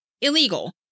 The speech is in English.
illegal